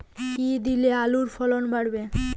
কী দিলে আলুর ফলন বাড়বে?